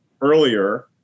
earlier